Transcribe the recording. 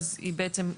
כלומר,